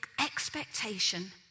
expectation